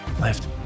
Left